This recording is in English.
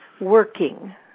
working